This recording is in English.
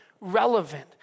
relevant